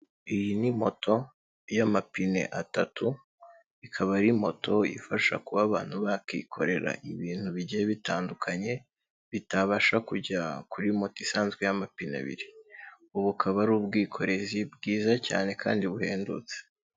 Iyi ni moto y'amapine atatu, ikaba ari moto ifasha kuba abantu bakikorera ibintu bigiye bitandukanye, bitabasha kujya kuri moto isanzwe y'amapine abiri, ubu bukaba ari ubwikorezi bwiza cyane kandi buhendutse.